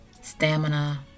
stamina